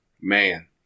man